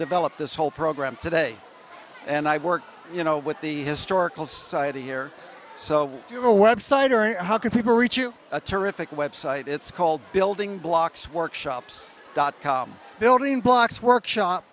develop this whole program today and i work you know with the historical society here so do a web site or how can people reach you a terrific website it's called building blocks workshops dot com building blocks workshop